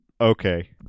Okay